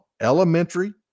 elementary